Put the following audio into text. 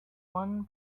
one